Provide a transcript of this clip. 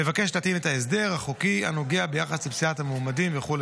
מבקש להתאים את ההסדר החוקי הנוהג ביחס לפסילת מועמדים וכו'